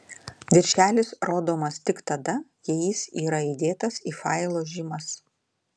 viršelis rodomas tik tada jei jis yra įdėtas į failo žymas